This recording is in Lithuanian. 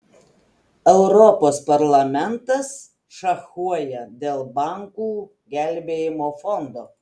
europos parlamentas šachuoja dėl bankų gelbėjimo fondo